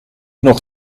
nog